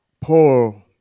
Paul